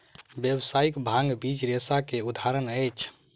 व्यावसायिक भांग बीज रेशा के उदाहरण अछि